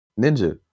ninja